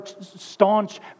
staunch